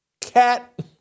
Cat